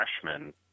freshman